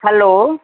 hello